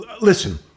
Listen